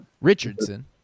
Richardson